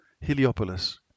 Heliopolis